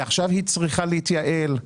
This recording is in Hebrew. עכשיו היא צריכה להתייעל,